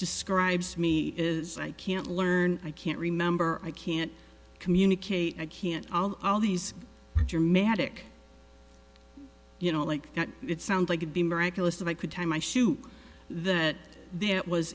describes me is i can't learn i can't remember i can't communicate i can't all these dramatic you know like it sound like it be miraculous that i could tie my shoe that th